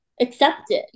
accepted